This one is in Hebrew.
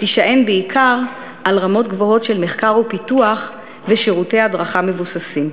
תישען בעיקר על רמות גבוהות של מחקר ופיתוח ושירותי הדרכה מבוססים.